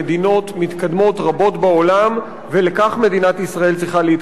מדינה מתקדמת ודמוקרטית צריכה וחייבת